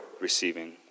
receiving